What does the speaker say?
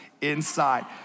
inside